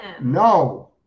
no